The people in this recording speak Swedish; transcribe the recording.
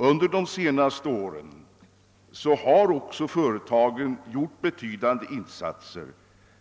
Under de senaste åren har också företagen gjort betydande insatser